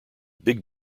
big